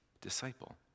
disciple